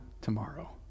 tomorrow